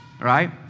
right